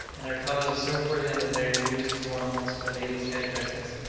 and their colours are so brilliant that they are used as ornaments for ladies' headdresses.